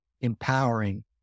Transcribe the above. empowering